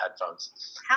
headphones